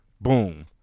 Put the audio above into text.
Boom